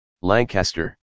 Lancaster